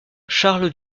charles